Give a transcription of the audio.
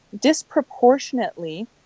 disproportionately